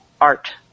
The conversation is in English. art